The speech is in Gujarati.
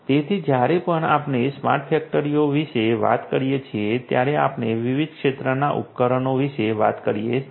તેથી જ્યારે પણ આપણે સ્માર્ટ ફેક્ટરીઓ વિશે વાત કરીએ છીએ ત્યારે આપણે વિવિધ ક્ષેત્રના ઉપકરણો વિશે વાત કરીએ છીએ